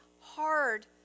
hard